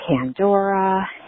Pandora